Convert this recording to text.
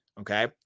Okay